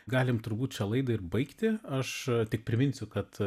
galim turbūt šią laidą ir baigti aš tik priminsiu kad